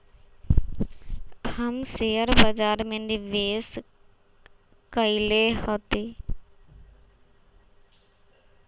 हम शेयर बाजार में निवेश कएले हती